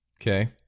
Okay